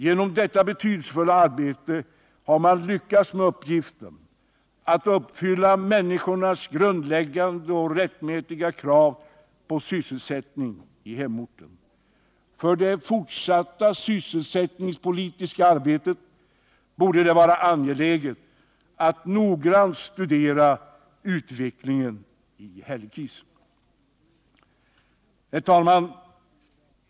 Genom detta betydelsefulla arbete har man lyckats med uppgiften att uppfylla människors grundläggande och rättmätiga krav på sysselsättning i hemorten. För det fortsatta sysselsättningspolitiska arbetet borde det vara angeläget att noggrant studera utvecklingen i Hällekis. Herr talman!